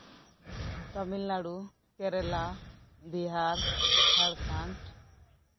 Tamil Nadu Kerala Bihar Jharkhand